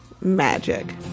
Magic